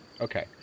Okay